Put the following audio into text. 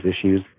issues